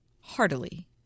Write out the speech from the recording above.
heartily